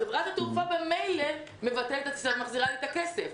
חברת התעופה ממילא מבטלת את הטיסה ומחזירה לי את הכסף.